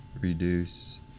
reduce